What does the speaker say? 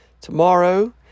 tomorrow